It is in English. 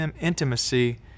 intimacy